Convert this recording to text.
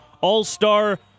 All-Star